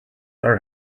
are